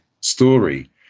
story